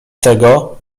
tego